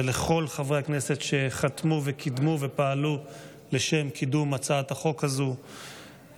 ולכל חברי הכנסת שחתמו וקידמו ופעלו לשם קידום הצעת החוק הזאת,